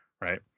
right